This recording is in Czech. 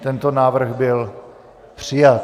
Tento návrh byl přijat.